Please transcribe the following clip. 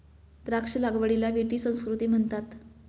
द्राक्ष लागवडीला विटी संस्कृती म्हणतात